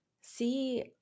see